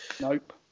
Nope